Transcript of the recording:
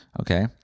Okay